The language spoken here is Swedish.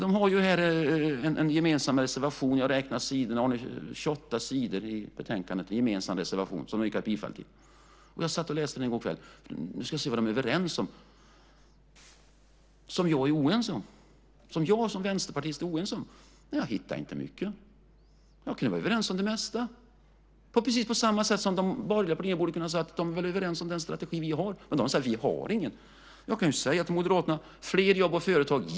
De har en gemensam reservation i betänkandet som omfattar 28 sidor som de yrkar bifall till. Jag satt och läste reservationen i går kväll för att se vad de är överens om och som jag som vänsterpartist är oense om. Jag hittade inte mycket. Jag kan vara överens om det mesta på precis samma sätt som att de borgerliga borde kunna säga att de är överens om den strategi som vi har. Men de säger att vi inte har någon strategi. Jag kan ju säga som Moderaterna: Fler jobb och företag.